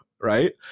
Right